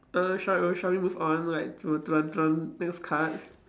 err shall we shall we move on like to to the to the next card